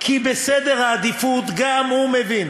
כי בסדר העדיפויות גם הוא מבין